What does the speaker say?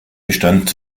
bestand